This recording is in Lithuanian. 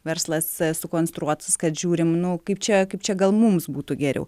verslas sukonstruotas kad žiūrim nu kaip čia kaip čia gal mums būtų geriau